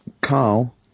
Carl